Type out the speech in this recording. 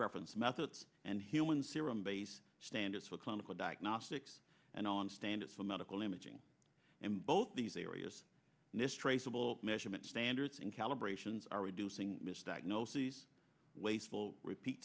reference methods and human serum base standards for clinical diagnostics and on standards for medical imaging and both these areas and this traceable measurement standards in calibrations are reducing misdiagnoses wasteful repeat